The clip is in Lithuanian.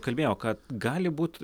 kalbėjo kad gali būt